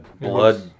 blood